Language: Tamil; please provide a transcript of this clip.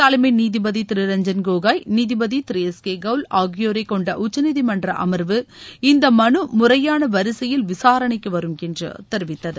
தலைமை நீதிபதி திரு ரஞ்சன் கோகாய் நிதிபதி திரு எஸ் கே கவுல் ஆகியோரை கொண்ட உச்சநீதிமன்ற அமர்வு இந்த மனு முறையான வரிசையில் விசாரணைக்கு வரும் என்று தெரிவித்தது